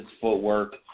footwork